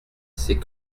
c’est